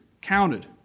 counted